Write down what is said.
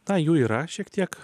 tą jų yra šiek tiek